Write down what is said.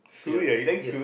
to be hon~ yes